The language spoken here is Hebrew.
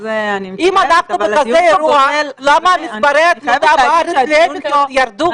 אם אנחנו בכזה אירוע, למה מספרי התמותה בארץ ירדו?